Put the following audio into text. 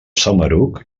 samaruc